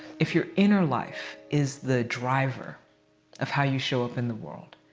if your inner life is the driver of how you show up in the world,